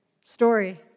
Story